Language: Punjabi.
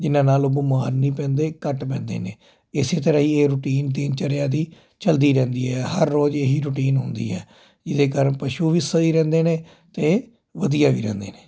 ਜਿਹਨਾਂ ਨਾਲ ਬਿਮਾਰ ਨਹੀਂ ਪੈਂਦੇ ਘੱਟ ਪੈਂਦੇ ਨੇ ਇਸੇ ਤਰ੍ਹਾਂ ਹੀ ਇਹ ਰੂਟੀਨ ਦਿਨ ਚਰਿਆ ਦੀ ਚਲਦੀ ਰਹਿੰਦੀ ਹੈ ਹਰ ਰੋਜ਼ ਇਹੀ ਰੂਟੀਨ ਹੁੰਦੀ ਹੈ ਜਿਹਦੇ ਕਾਰਨ ਪਸ਼ੂ ਵੀ ਸਹੀ ਰਹਿੰਦੇ ਨੇ ਅਤੇ ਵਧੀਆ ਵੀ ਰਹਿੰਦੇ ਨੇ